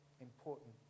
important